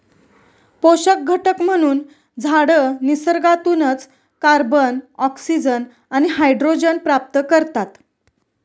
पोषक घटक म्हणून झाडं निसर्गातूनच कार्बन, ऑक्सिजन आणि हायड्रोजन प्राप्त करतात